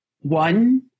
One